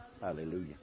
Hallelujah